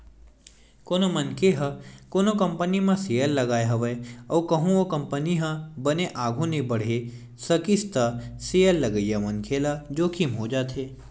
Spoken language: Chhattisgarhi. कोनो मनखे ह कोनो कंपनी म सेयर लगाय हवय अउ कहूँ ओ कंपनी ह बने आघु नइ बड़हे सकिस त सेयर लगइया मनखे ल जोखिम हो जाथे